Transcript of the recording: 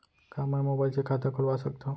का मैं मोबाइल से खाता खोलवा सकथव?